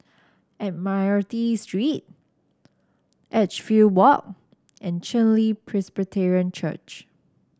Admiralty Street Edgefield Walk and Chen Li Presbyterian Church